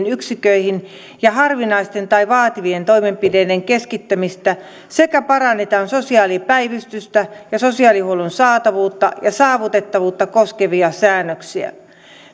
yksiköihin ja harvinaisten tai vaativien toimenpiteiden keskittämistä sekä parannetaan sosiaalipäivystystä ja sosiaalihuollon saatavuutta ja saavutettavuutta koskevia säännöksiä